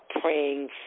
praying